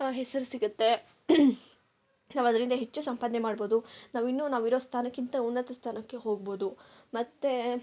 ಹೆಸರು ಸಿಗುತ್ತೆ ನಾವು ಅದರಿಂದ ಹೆಚ್ಚು ಸಂಪಾದನೆ ಮಾಡ್ಬೋದು ನಾವಿನ್ನು ನಾವಿರೋ ಸ್ಥಾನಕ್ಕಿಂತ ಉನ್ನತ ಸ್ಥಾನಕ್ಕೆ ಹೋಗ್ಬೋದು ಮತ್ತೆ